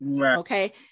Okay